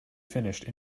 finished